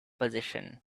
position